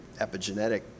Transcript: epigenetic